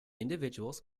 individuals